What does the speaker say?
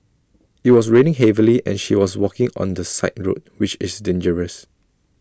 IT was raining heavily and she was walking on the side road which is dangerous